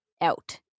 out